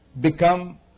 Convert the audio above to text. become